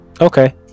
Okay